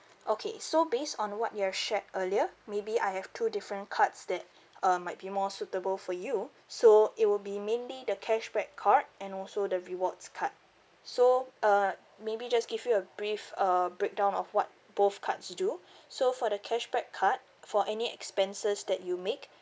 okay so based on what you've shared earlier maybe I have two different cards that uh might be more suitable for you so it will be mainly the cashback card and also the rewards card so uh maybe just give you a brief uh breakdown of what both cards do so for the cashback card for any expenses that you make